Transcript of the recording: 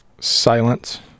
silence